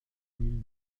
mille